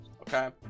Okay